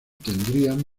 tendrían